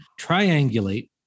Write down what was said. triangulate